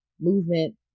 movement